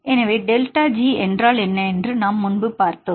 எனவே delta G என்றால் என்ன என்று நாம் முன்பு விவாதித்தோம்